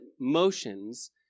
motions